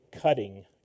cutting